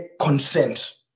consent